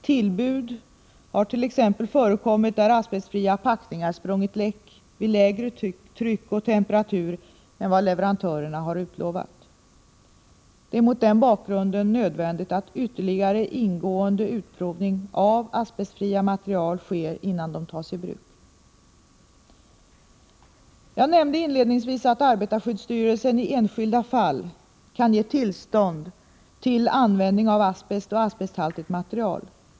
Tillbud hart.ex. förekommit där asbestfria packningar sprungit läck vid lägre tryck och temperatur än vad leverantörerna har utlovat. Det är mot den bakgrunden nödvändigt att ytterligare ingående utprovning av asbestfria material sker innan de tas i bruk. Jag nämnde inledningsvis att arbetarskyddsstyrelsen i enskilda fall kan ge tillstånd till användning av asbest och asbesthaltiga material.